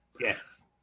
yes